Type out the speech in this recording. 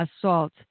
assault